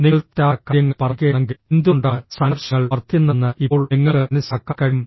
നിങ്ങൾ തെറ്റായ കാര്യങ്ങൾ പറയുകയാണെങ്കിൽ എന്തുകൊണ്ടാണ് സംഘർഷങ്ങൾ വർദ്ധിക്കുന്നതെന്ന് ഇപ്പോൾ നിങ്ങൾക്ക് മനസ്സിലാക്കാൻ കഴിയും